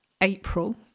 April